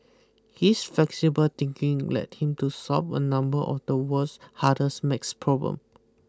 his flexible thinking led him to solve a number of the world's hardest math problem